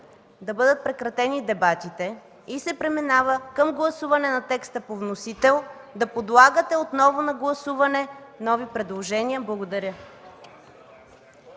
да бъдат прекратени дебатите и се преминава към гласуване на текста по вносител, да подлагате отново на гласуване нови предложения. Благодаря.